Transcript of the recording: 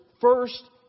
first